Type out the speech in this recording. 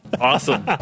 awesome